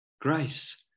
grace